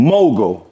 Mogul